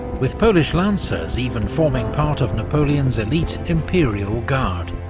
with polish lancers even forming part of napoleon's elite imperial guard.